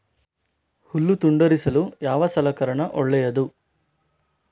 ಹುಲ್ಲು ತುಂಡರಿಸಲು ಯಾವ ಸಲಕರಣ ಒಳ್ಳೆಯದು?